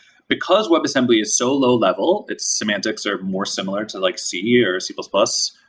because webassembly is so low level. its semantics are more similar to like c or c plus plus,